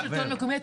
חבר שלטון מקומי.